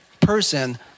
person